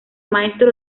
maestro